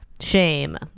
shame